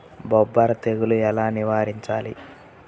బొబ్బర తెగులు ఎలా నివారించాలి?